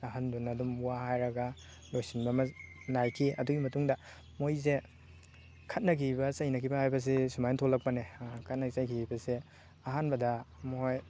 ꯑꯍꯟꯗꯨꯅ ꯑꯗꯨꯝ ꯋꯥ ꯍꯥꯏꯔꯒ ꯂꯣꯏꯁꯤꯟꯕ ꯑꯃ ꯅꯥꯏꯈꯤ ꯑꯗꯨꯏ ꯃꯇꯨꯡꯗ ꯃꯣꯏꯁꯦ ꯈꯠꯅꯈꯤꯕ ꯆꯩꯅꯈꯤꯕ ꯍꯥꯏꯕꯁꯤ ꯁꯨꯃꯥꯏ ꯊꯣꯛꯂꯛꯄꯅꯦ ꯈꯠꯅ ꯆꯩꯈꯤꯕꯁꯦ ꯑꯍꯥꯟꯕꯗ ꯃꯣꯏ